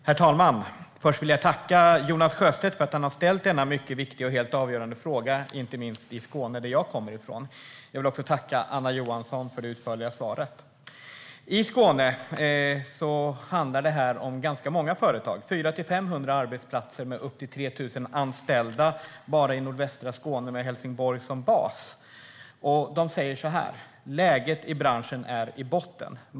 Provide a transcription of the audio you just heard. Herr talman! Först vill jag tacka Jonas Sjöstedt för att han ställde denna mycket viktiga och helt avgörande fråga, inte minst för Skåne som jag kommer ifrån. Jag vill också tacka Anna Johansson för det utförliga svaret. I Skåne handlar det om ganska många företag, 400-500 arbetsplatser med upp till 3 000 anställda bara i nordvästra Skåne med Helsingborg som bas. De säger att läget i branschen är i botten.